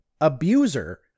abuser